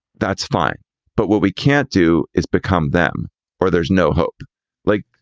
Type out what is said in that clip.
that's fine but what we can't do is become them or there's no hope like,